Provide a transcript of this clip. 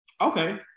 Okay